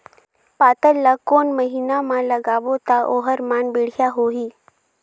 पातल ला कोन महीना मा लगाबो ता ओहार मान बेडिया होही?